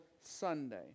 Sunday